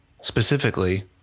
specifically